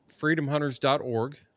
freedomhunters.org